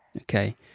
Okay